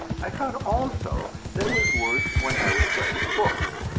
i found also that it was worse when i was writing books.